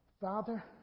father